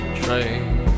train